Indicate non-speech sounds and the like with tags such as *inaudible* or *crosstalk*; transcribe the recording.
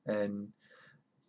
and *breath*